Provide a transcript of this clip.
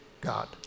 God